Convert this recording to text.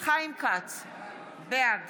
חיים כץ, בעד